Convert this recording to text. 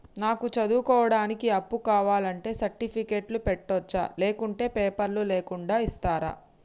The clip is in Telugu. నాకు చదువుకోవడానికి అప్పు కావాలంటే సర్టిఫికెట్లు పెట్టొచ్చా లేకుంటే పేపర్లు లేకుండా ఇస్తరా?